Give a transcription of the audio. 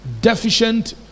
deficient